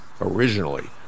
originally